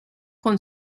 con